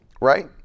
Right